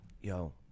Yo